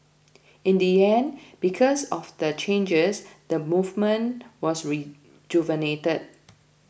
in the end because of the changes the movement was rejuvenated